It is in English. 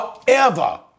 forever